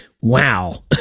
wow